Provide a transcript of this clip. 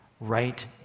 right